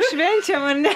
švenčiam ar ne